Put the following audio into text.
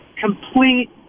complete